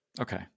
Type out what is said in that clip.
Okay